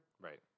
Right